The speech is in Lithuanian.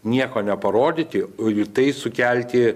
nieko neparodyti ir tai sukelti